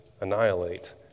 annihilate